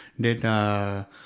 Data